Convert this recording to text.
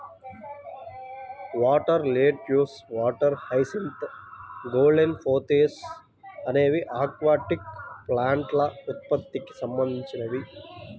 water lettuce, water hyacinth, golden pothos అనేవి aquatic ప్లాంట్ల ఉత్పత్తికి సంబంధించినవి